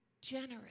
Generous